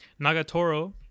Nagatoro